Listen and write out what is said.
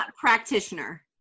practitioner